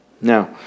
Now